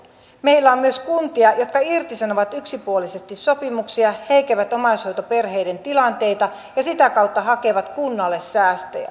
meillä on myös kuntia jotka irtisanovat yksipuolisesti sopimuksia heikentävät omaishoitoperheiden tilanteita ja sitä kautta hakevat kunnalle säästöjä